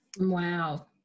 Wow